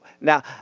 now